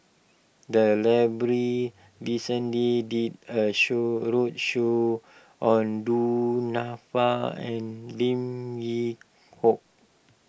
the library recently did a show a roadshow on Du Nanfa and Lim Yew Hock